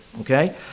okay